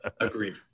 Agreed